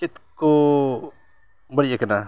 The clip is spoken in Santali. ᱪᱮᱫ ᱠᱚ ᱵᱟᱹᱲᱤᱡ ᱟᱠᱟᱫᱟ